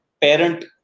parent